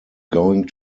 going